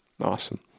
Awesome